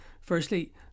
Firstly